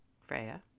Freya